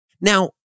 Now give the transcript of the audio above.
Now